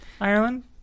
Ireland